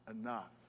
enough